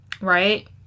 right